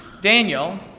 Daniel